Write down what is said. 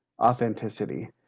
authenticity